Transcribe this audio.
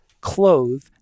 clothe